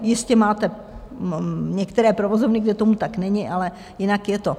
Jistě máte některé provozovny, kde tomu tak není, ale jinak je to tak.